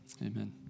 amen